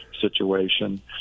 situation